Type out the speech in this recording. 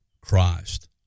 Christ